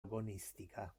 agonistica